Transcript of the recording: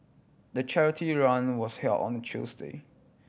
the charity run was held on the Tuesday